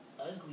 ugly